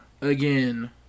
Again